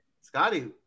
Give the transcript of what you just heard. Scotty